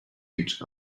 each